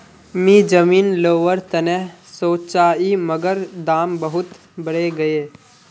मी जमीन लोवर तने सोचौई मगर दाम बहुत बरेगये